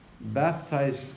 baptized